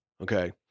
Okay